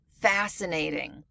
fascinating